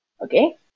Okay